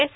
S